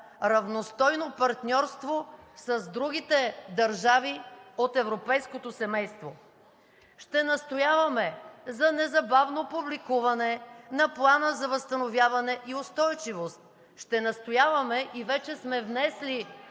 равностойно партньорство с другите държави от европейското семейство. Ще настояваме за незабавно публикуване на Плана за възстановяване и устойчивост. Ще настояваме и вече сме внесли